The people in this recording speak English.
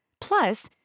Plus